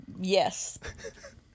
Yes